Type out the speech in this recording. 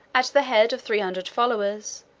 at the head of three hundred followers,